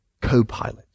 co-pilot